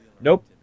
Nope